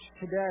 today